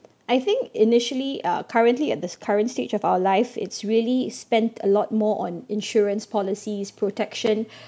I think initially uh currently at the current stage of our life it's really spent a lot more on insurance policies protection